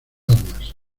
armas